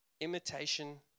Imitation